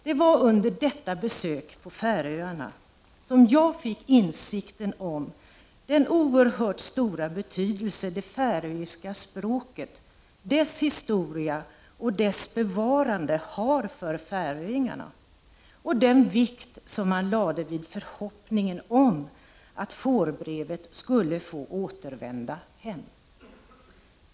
Det var under detta besök på Färöarna som jag kom till insikt om den oerhört stora betydelse som det färöiska språket, dess historia och dess bevarande har för färöingarna och om den vikt som man fäste vid förhoppningen om att fårbrevet skulle få återvända hem.